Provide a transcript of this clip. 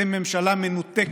אתם ממשלה מנותקת,